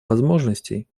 возможностей